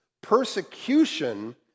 persecution